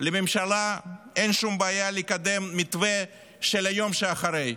לממשלה אין שום בעיה לקדם מתווה של היום שאחרי.